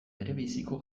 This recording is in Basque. berebiziko